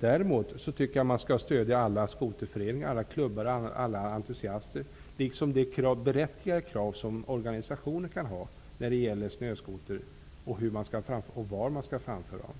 Däremot tycker jag att man skall stödja skoterföreningar, alla klubbar och alla entusiaster, liksom de berättigade krav som organisationer kan ha när det gäller hur och var man skall framföra snöskotrar.